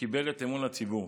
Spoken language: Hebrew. שקיבל את אמון הציבור,